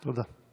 תודה.